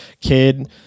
kid